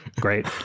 Great